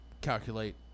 calculate